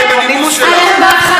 אחרי שנים,